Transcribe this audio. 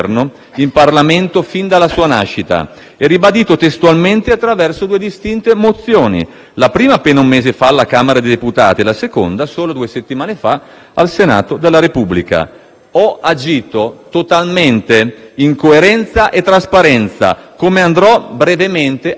e ribadito testualmente attraverso due distinte mozioni; la prima appena un mese fa alla Camera dei deputati e la seconda solo due settimane fa al Senato della Repubblica. Ho agito totalmente in coerenza e trasparenza, come andrò brevemente a spiegare, evidenziando: